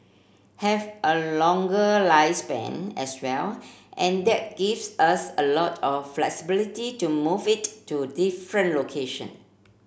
have a longer lifespan as well and that gives us a lot of flexibility to move it to different location